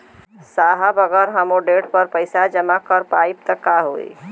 साहब अगर हम ओ देट पर पैसाना जमा कर पाइब त का होइ?